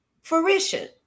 fruition